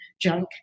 junk